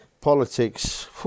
politics